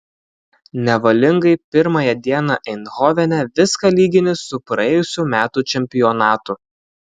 nevalingai pirmąją dieną eindhovene viską lygini su praėjusių metų čempionatu